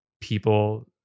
people